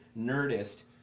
Nerdist